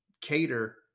cater